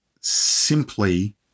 simply